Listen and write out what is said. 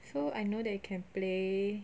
so I know that you can play